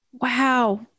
Wow